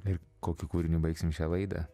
ir kokiu kūriniu baigsim šią laidą